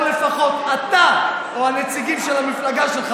או לפחות אתה או הנציגים של המפלגה שלך